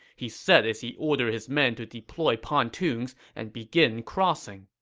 he said as he ordered his men to deploy pontoons and begin crossing